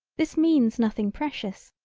this means nothing precious,